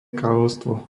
kráľovstvo